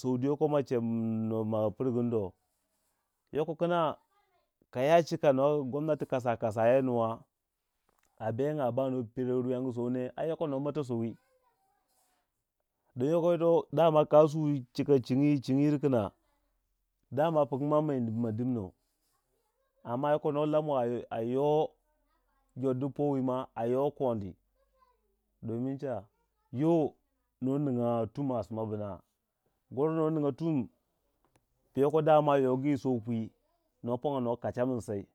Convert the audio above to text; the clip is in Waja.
Sow du yoko ma ce min ma pirgum do ka chika gomnati kasa kasa yau nuwa a bengya ba nuwa bere rwiyangu rwinyangu you sowne a yoko no mata sowi. ding yoko yito dama ka suwi chim yir kuna dama pukigu ma miyini bu ma dimna amma yoko lamuwe jor du powi ma a yokondi domin cha yo nuwa ningya tum a sima bina, goro no ningya tum bu yoko dama yogi sow pwino pongya no kacha mi sei